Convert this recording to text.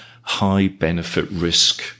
high-benefit-risk